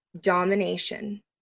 domination